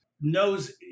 knows